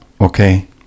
Okay